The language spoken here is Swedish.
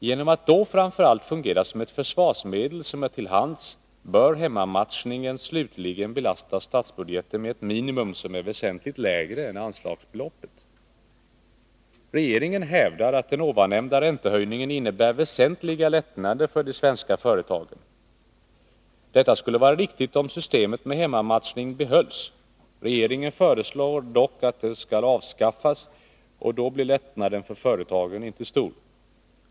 Genom att då framför allt fungera som ett försvarsmedel som är till hands bör hemmamatchningen slutligen belasta statsbudgeten med ett minimum som är väsentligt lägre än anslagsbeloppet. Regeringen hävdar att den nämnda räntehöjningen innebär väsentliga lättnader för de svenska företagen. Detta skulle vara riktigt om systemet med hemmamatchning behölls. Regeringen föreslår dock att det skall avskaffas, och då blir lättnaden för företagen inte stor.